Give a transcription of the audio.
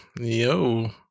yo